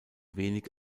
wenig